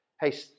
Hey